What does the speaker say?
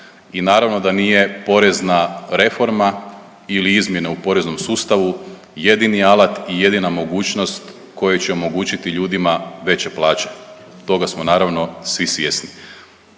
i naravno da nije porezna reforma ili izmjene u poreznom sustavu jedini alat i jedina mogućnost koja će omogućiti ljudima veće plaće, toga smo naravno svi svjesni.